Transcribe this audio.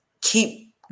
Keep